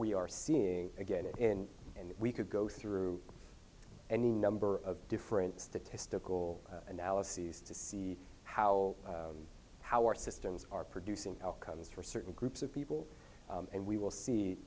we are seeing again in and we could go through any number of different statistical analyses to see how our systems are producing outcomes for certain groups of people and we will see